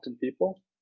people